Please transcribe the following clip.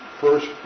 first